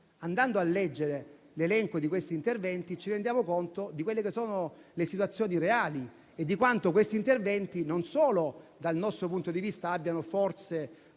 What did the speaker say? andando a leggere l'elenco di questi interventi, ci rendiamo conto delle situazioni reali e di quanto questi interventi non solo dal nostro punto di vista abbiano forse